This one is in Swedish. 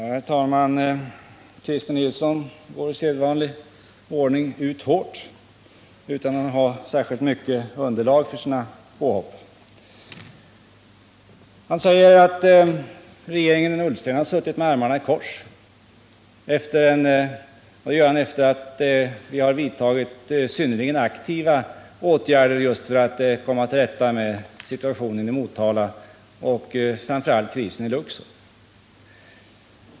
Herr talman! Christer Nilsson går i sedvanlig ordning ut hårt, utan att ha särskilt mycket underlag för sina påhopp. Han säger att regeringen Ullsten har suttit med armarna i kors — och det säger han efter det att vi har vidtagit synnerligen aktiva åtgärder för att komma till rätta med situationen i Motala och framför allt krisen i Luxor.